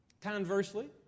Conversely